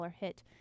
hit